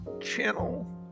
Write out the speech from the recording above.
channel